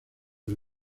del